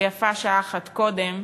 ויפה שעה אחת קודם.